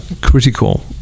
critical